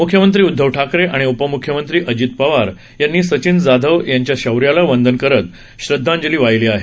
म्ख्यमंत्री उद्धव ठाकरे आणि उपम्ख्यमंत्री अजित पवार यांनी सचिन जाधव यांच्या शौर्याला वंदन करत श्रद्धांजली वाहिली आहे